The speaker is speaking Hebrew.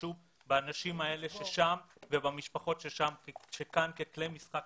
שישתמשו באנשים האלה שם ובמשפחות שנמצאות כאן ככלי משחק